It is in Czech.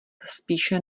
spíše